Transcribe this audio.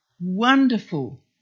wonderful